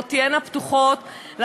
של מדינת ישראל תהיינה פתוחות לסטודנטים.